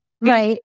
Right